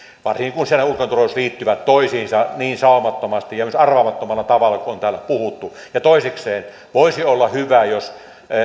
varsinkin kun ulko ja turvallisuuspolitiikka liittyvät toisiinsa niin saumattomasti ja myös arvaamattomalla tavalla kuten täällä on puhuttu ja toisekseen voisi olla hyvä jos